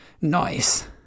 Nice